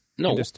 No